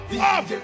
Up